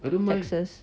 the taxes